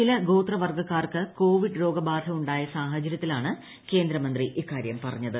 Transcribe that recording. ചില ഗോത്രവർഗക്കാർക്ക് കോവിഡ് രോഗബാധ ഉണ്ടായ സാഹചര്യത്തിലാണ് കേന്ദ്രമന്ത്രി ഇക്കാര്യം പറഞ്ഞത്